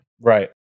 right